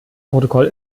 protokoll